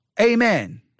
Amen